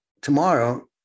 tomorrow